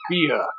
Fear